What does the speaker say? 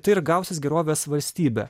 tai ir gausis gerovės valstybė